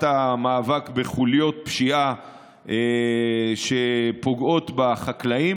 המאבק בחוליות פשיעה שפוגעות בחקלאים.